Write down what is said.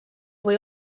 või